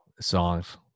songs